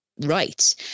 Right